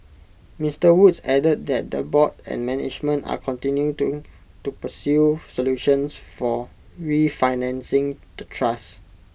Mister Woods added that the board and management are continuing to pursue solutions for refinancing the trust